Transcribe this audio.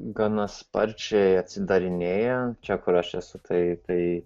gana sparčiai atsidarinėja čia kur aš esu tai tai